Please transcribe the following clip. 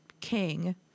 king